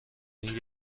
این